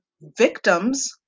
victims